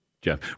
Jeff